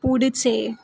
पुढचे